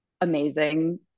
amazing